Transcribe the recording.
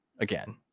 again